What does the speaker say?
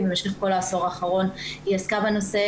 במשך כל העשור האחרון היא עסקה בנושא,